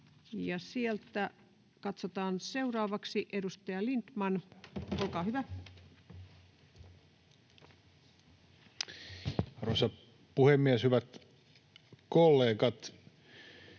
sieltä seuraavaksi edustaja Lindtman. Olkaa hyvä. Arvoisa puhemies! Hyvät kollegat!